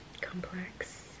complex